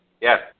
Yes